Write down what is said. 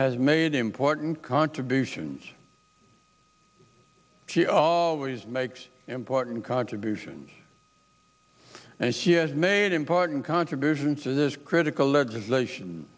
has made important contributions she always makes important contributions and she has made important contributions to this critical legislation